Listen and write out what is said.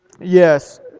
yes